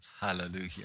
Hallelujah